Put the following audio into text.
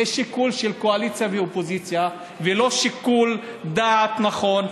שזה שיקול של קואליציה ואופוזיציה ולא שיקול דעת נכון,